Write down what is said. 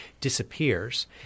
disappears